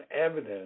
evidence